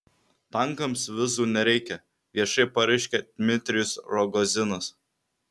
tankams vizų nereikia viešai pareiškia dmitrijus rogozinas